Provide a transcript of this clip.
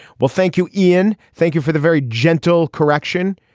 well thank you ian. thank you for the very gentle correction.